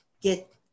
get